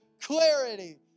clarity